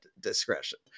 discretion